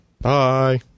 Bye